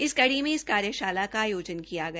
इसी कड़ी में इस कार्यशाला का आयोजन किया गया